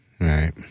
right